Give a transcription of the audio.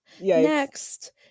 next